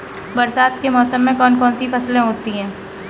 बरसात के मौसम में कौन कौन सी फसलें होती हैं?